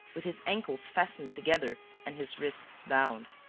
with his ankles fastened together and his wrists bound.